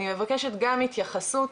על ציוד הקצה,